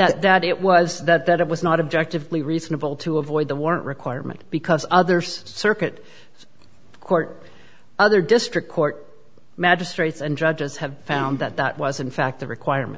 that that it was that it was not objective reasonable to avoid the warrant requirement because others circuit court other district court magistrates and judges have found that that was in fact the requirement